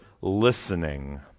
listening